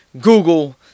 Google